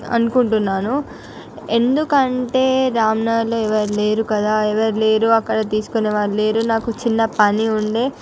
అనుకుంటున్నాను ఎందుకంటే రామ్ నగర్లో ఎవరు లేరు కదా ఎవరు లేరు అక్కడ తీసుకునే వాళ్ళు లేరు నాకు చిన్న పని ఉండే